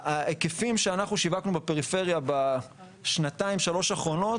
ההיקפים שאנחנו שיווקנו בפריפריה בשנתיים-שלוש האחרונות,